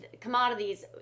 commodities